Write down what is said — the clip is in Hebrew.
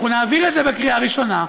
אנחנו נעביר את זה בקריאה ראשונה,